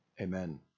amen